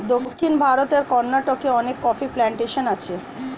দক্ষিণ ভারতের কর্ণাটকে অনেক কফি প্ল্যান্টেশন আছে